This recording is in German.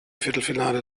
viertelfinale